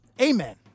Amen